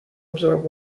absorb